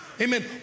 Amen